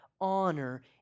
honor